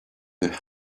could